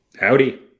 Howdy